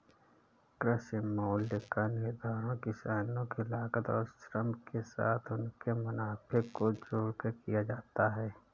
कृषि मूल्य का निर्धारण किसानों के लागत और श्रम के साथ उनके मुनाफे को जोड़कर किया जाता है